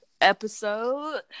episode